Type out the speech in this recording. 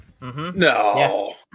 No